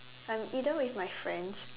I'm either with my friends